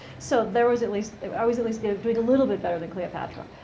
so there was, at least i was, at least, kind of doing a little bit better than cleopatra.